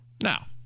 Now